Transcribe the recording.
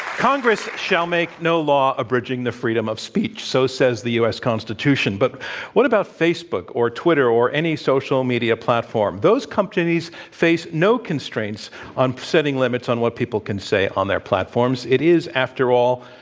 congress shall make no law abridging the freedom of speech. so says the u. s. constitution, but what about facebook or twitter or any social media platform? those companies face no constraints on setting limits on what people can say on their platforms. it is, after all,